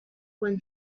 when